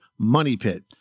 MONEYPIT